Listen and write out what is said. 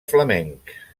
flamenc